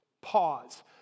Pause